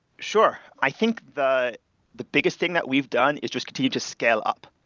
sure. i think the the biggest thing that we've done is just continue to scale up.